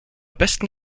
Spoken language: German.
besten